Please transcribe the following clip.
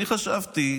אני חשבתי